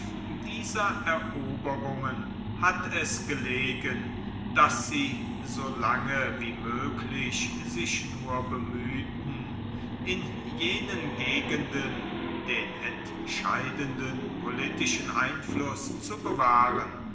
dieser eroberungen hat es gelegen daß sie so lange wie möglich sich nur bemühten in jenen gegenden den entscheidenden politischen einfluß zu bewahren